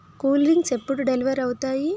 cool drinks ఎప్పుడు deliver అవుతాయి